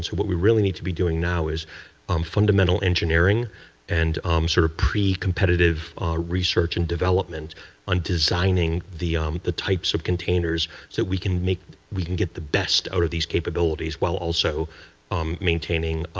what we really need to be doing now is um fundamental engineering and sort of pre-competitive research and development on designing the um the types of containers that we can make we can get the best out of these capabilities while also um maintaining